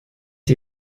die